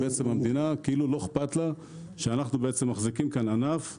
שלמדינה לא אכפת מכך שאנחנו מחזיקים ענף לא חוקי,